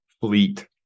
fleet